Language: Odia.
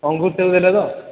ଅଙ୍ଗୁର